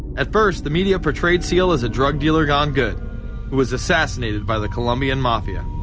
at first, the media portrayed seal as a drug dealer gone good, who was assassinated by the colombian mafia.